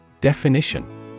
Definition